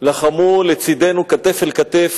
לחם לצדנו, כתף אל כתף,